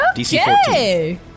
Okay